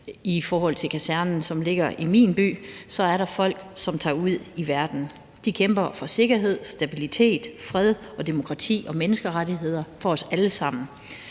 i forhold til kasernen, som ligger i min by, er folk, som tager ud i verden. De kæmper for sikkerhed, stabilitet, fred, demokrati og menneskerettigheder for os alle sammen.